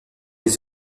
les